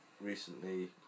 recently